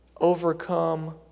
overcome